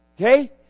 Okay